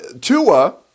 Tua